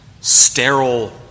sterile